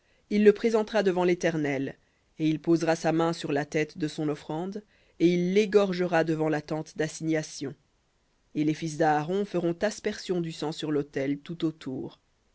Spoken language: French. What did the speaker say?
il le présentera devant léternel et il posera sa main sur la tête de son offrande et il l'égorgera devant la tente d'assignation et les fils d'aaron feront aspersion du sang sur l'autel tout autour